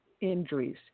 injuries